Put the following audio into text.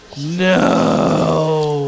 No